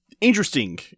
Interesting